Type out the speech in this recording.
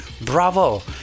Bravo